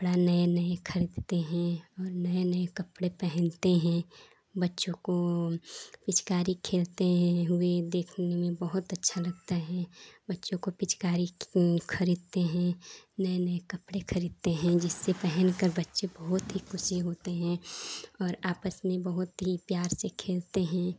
कपड़ा नए नए खरीदते हैं और नए नए कपड़े पहनते हैं बच्चों को पिचकारी खेलते हुए देखने में बहुत अच्छा लगता है बच्चों को पिचकारी खरीदते हैं नए नए कपड़े खरीदते हैं जिसे पहनकर बच्चे बहुत ही खुशी होते हैं और आपस में बहुत ही प्यार से खेलते हैं